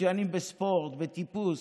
מצוינים בספורט, בטיפוס,